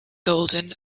golden